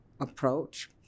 approach